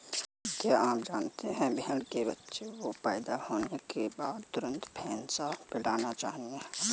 क्या आप जानते है भेड़ के बच्चे को पैदा होने के बाद तुरंत फेनसा पिलाना चाहिए?